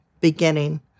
beginning